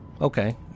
Okay